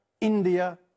India